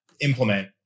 implement